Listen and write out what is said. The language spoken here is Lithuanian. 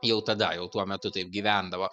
jau tada jau tuo metu taip gyvendavo